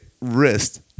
wrist